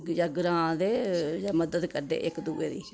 जां ग्रांऽ दे जां मदद करदे इक दुए दी